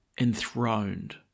enthroned